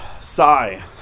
sigh